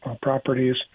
properties